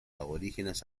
aborígenes